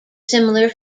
similar